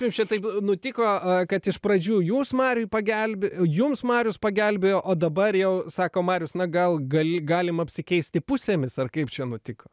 jūs čia taip nutiko kad iš pradžių jūs mariui pagelbė jums marijus pagelbėjo o dabar jau sakom marius na gal gal galim apsikeisti pusėmis ar kaip čia nutiko